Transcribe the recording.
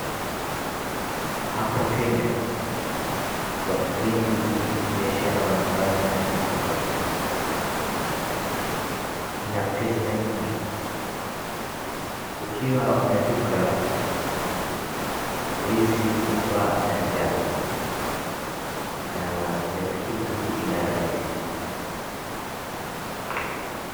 Hapo Kenya, watu wengi biashara wanafanya ni duka, ina pesa nyingi, ukiwa una duka huwezi kufa na njaa na ni kitu ya rahisi.